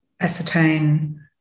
ascertain